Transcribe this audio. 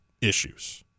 issues